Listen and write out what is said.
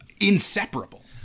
inseparable